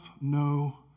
no